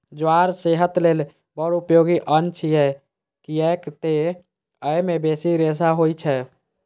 ज्वार सेहत लेल बड़ उपयोगी अन्न छियै, कियैक तं अय मे बेसी रेशा होइ छै